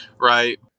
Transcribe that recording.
right